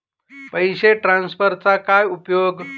पैसे ट्रान्सफरचा काय उपयोग?